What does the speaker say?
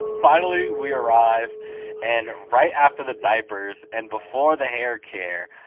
finally we arrive and right after the diapers, and before the haircare,